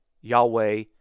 Yahweh